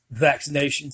vaccinations